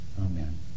Amen